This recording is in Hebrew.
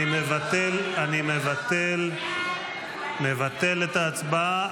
אני מבטל את ההצבעה.